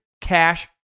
Cash